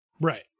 Right